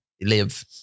live